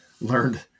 learned